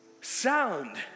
sound